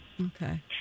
Okay